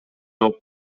жок